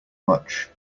much